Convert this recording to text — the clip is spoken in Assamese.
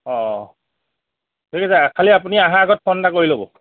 অঁ ঠিক আছে খালী আপুনি অহাৰ আগত ফোন এটা কৰি ল'ব